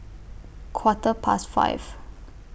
Quarter Past five